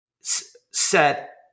set